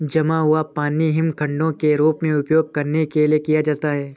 जमा हुआ पानी हिमखंडों के रूप में उपयोग करने के लिए किया जाता है